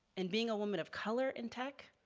and being a woman of color in tech,